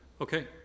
Okay